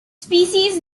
species